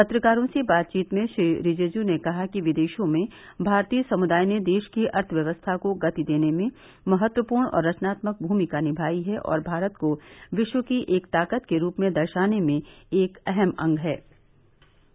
पत्रकारों से बातचीत में श्री रिजिज ने कहा कि विदेशों में भारतीय समृदाय ने देश की अर्थव्यवस्था को गति देने में महत्वपूर्ण और रचनात्मक भूमिका निमाई है और भारत को विश्व की एक ताकत के रूप में दर्शाने में एक अहम अंग हैँ